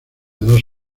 dos